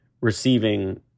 receiving